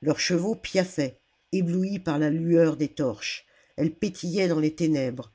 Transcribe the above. leurs chevaux piaffaient éblouis par la lueur des torches elles pétillaient dans les ténèbres